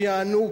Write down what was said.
שיענו,